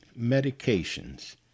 Medications